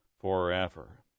forever